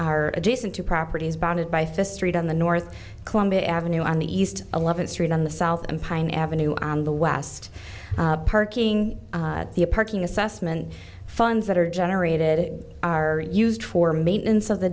are adjacent to properties bonded by fist street on the north columbia avenue on the east eleventh street on the south and pine avenue on the west parking the a parking assessment funds that are generated are used for maintenance of the